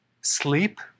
sleep